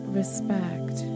respect